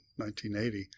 1980